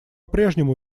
прежнему